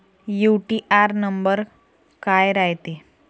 UTR number काय रायते?